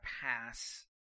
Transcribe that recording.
pass